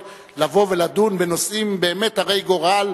היא לבוא ולדון בנושאים באמת הרי-גורל,